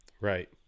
Right